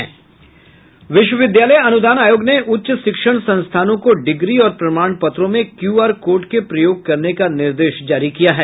विश्वविद्यालय अनुदान आयोग ने उच्च शिक्षण संस्थानों को डिग्री और प्रमाण पत्रों में क्यूआर कोड के प्रयोग करने का निर्देश जारी किया है